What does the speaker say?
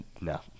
No